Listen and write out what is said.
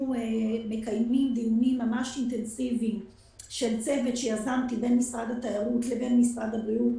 מקיימים דיונים ממש אינטנסיביים של צוות בין משרד התיירות למשרד הבריאות,